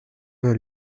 vint